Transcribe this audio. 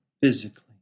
physically